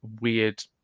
weird